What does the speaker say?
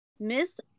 Miss